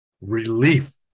relief